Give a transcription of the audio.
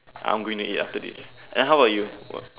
I'm going to eat after this then how about you